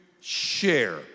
share